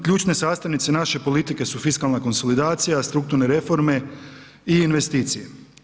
Ključne sastavnice naše politike su fiskalna konsolidacija, strukturne reforme i investicije.